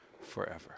forever